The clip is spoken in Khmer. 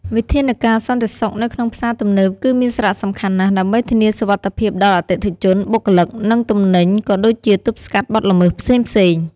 វិធានការសន្តិសុខនៅក្នុងផ្សារទំនើបគឺមានសារៈសំខាន់ណាស់ ដើម្បីធានាសុវត្ថិភាពដល់អតិថិជន បុគ្គលិក និងទំនិញ ក៏ដូចជាទប់ស្កាត់បទល្មើសផ្សេងៗ។